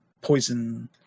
poison